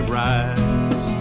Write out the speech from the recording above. rise